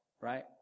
right